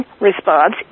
response